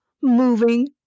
moving